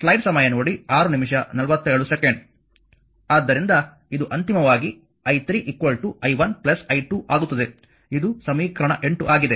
ಆದ್ದರಿಂದ ಇದು ಅಂತಿಮವಾಗಿ i3 i1 i2 ಆಗುತ್ತದೆ ಇದು ಸಮೀಕರಣ 8 ಆಗಿದೆ